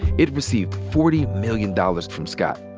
it received forty million dollars from scott,